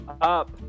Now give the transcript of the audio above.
up